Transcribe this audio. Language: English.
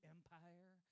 Empire